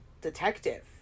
detective